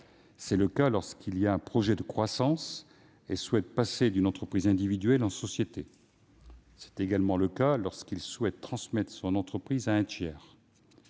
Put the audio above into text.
C'est le cas lorsqu'il a un projet de croissance et souhaite passer d'une entreprise individuelle à une société ; c'est également le cas lorsqu'il souhaite transmettre son entreprise à un tiers.